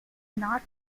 not